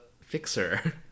fixer